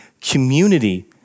community